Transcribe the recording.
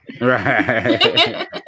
Right